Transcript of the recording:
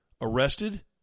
arrested